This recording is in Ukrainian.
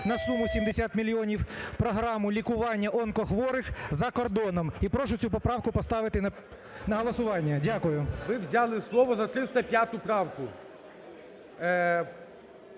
на суму 70 мільйонів програму лікування онкохворих за кордоном. І прошу цю поправку поставити на голосування. Дякую. ГОЛОВУЮЧИЙ. Ви взяли слово за 305 правку.